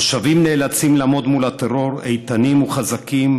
התושבים נאלצים לעמוד מול הטרור איתנים וחזקים